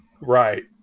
Right